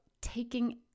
taking